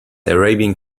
arabian